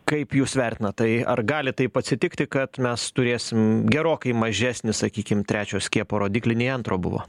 kaip jūs vertinat tai ar gali taip atsitikti kad mes turėsim gerokai mažesnį sakykim trečio skiepo rodiklį nei antro buvo